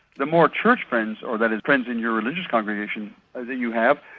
the more church friends or, that is, friends in your religious congregation that you have,